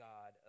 God